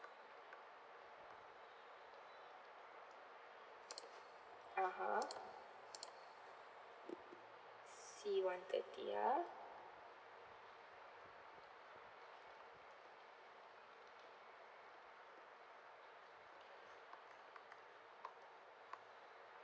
(uh huh) C one thirty ah